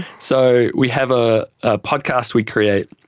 so we have a ah podcast we create,